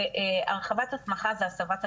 הרחבת הסמכה זה הסבת אקדמאים.